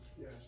Yes